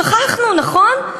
שכחנו, נכון?